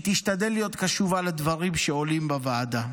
תשתדל להיות קשובה לדברים שעולים בוועדה.